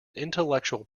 intellectual